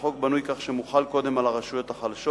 החוק בנוי כך שהוא מוחל קודם על הרשויות החלשות